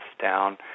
down